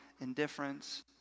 indifference